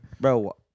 bro